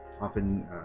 often